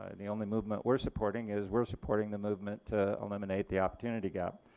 ah and the only movement were supporting is, were supporting the movement to eliminate the opportunity gap.